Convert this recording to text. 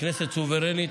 הכנסת סוברנית.